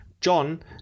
John